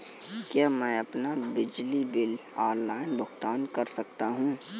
क्या मैं अपना बिजली बिल ऑनलाइन भुगतान कर सकता हूँ?